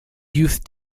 youth